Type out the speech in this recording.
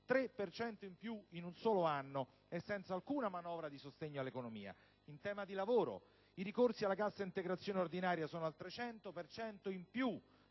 in più in un solo anno e senza alcuna manovra di sostegno all'economia!). In tema di lavoro, i ricorsi alla cassa integrazione ordinaria sono al 300 per